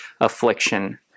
affliction